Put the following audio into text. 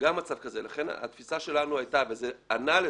לכן התפיסה שלנו הייתה וזה ענה לזה,